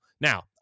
Now